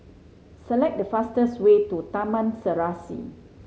select the fastest way to Taman Serasi